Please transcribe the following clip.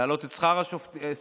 להעלות את שכר השוטרים.